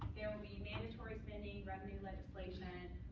there will be mandatory spending, revenue legislation,